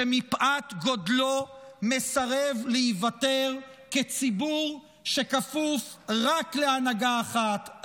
שמפאת גודלו מסרב להיוותר כציבור שכפוף רק להנהגה אחת,